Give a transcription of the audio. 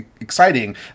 exciting